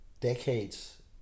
decades